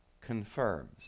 confirms